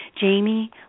Jamie